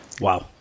Wow